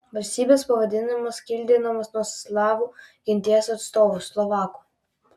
valstybės pavadinimas kildinamas nuo slavų genties atstovų slovakų